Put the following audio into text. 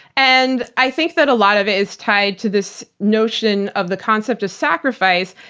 and i think that a lot of it is tied to this notion of the concept of sacrifice,